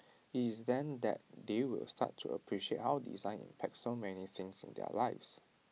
IT is then that they will start to appreciate how design impacts so many things in their lives